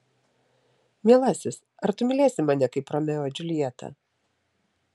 mielasis ar tu mylėsi mane kaip romeo džiuljetą